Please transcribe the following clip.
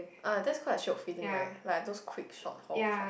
uh that's quite a shiok feeling right like those a quick short haul flight